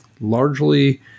largely